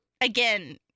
again